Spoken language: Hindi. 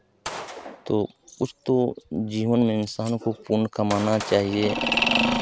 तो कुछ तो जीवन में इंसानों को पुण्य कमाना चाहिए